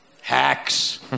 Hacks